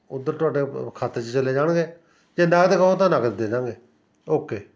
ਉੱਧਰ ਤੁਹਾਡੇ ਵ ਖਾਤੇ 'ਚ ਚਲੇ ਜਾਣਗੇ ਜੇ ਨਗਦ ਕਹੋ ਤਾਂ ਨਗਦ ਦੇ ਦਾਂਗੇ ਓਕੇ